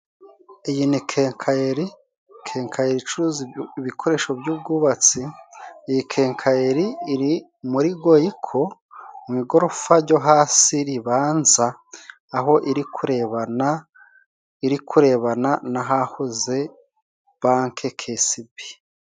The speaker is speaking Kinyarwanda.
Iyi ni kenkayeri. Kenkayeri icuruza ibikoresho by'ubwubatsi. Iyi kenkayeri iri muri Goyiko mu igorofa ryo hasi ribanza, aho iri kurebana, iri kurebana n'ahahoze banki Keyisibi.